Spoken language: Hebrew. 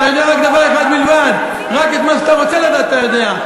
אתה יודע רק דבר אחד בלבד: רק את מה שאתה רוצה לדעת אתה יודע.